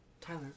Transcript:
Tyler